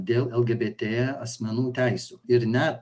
dėl lgbt asmenų teisių ir net